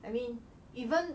I mean even